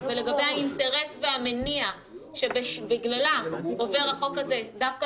-- ולגבי האינטרס והמניע שבגללו עובר החוק הזה דווקא